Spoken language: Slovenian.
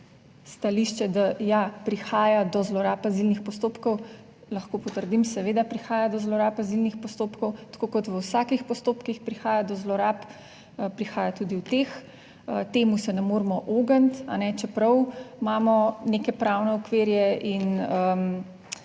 stališče, da, ja, prihaja do zlorab azilnih postopkov, lahko potrdim, seveda prihaja do zlorab azilnih postopkov, tako kot v vsakih postopkih prihaja do zlorab, prihaja tudi v teh, temu se ne moremo ogniti, čeprav imamo neke pravne okvirje in